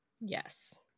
Yes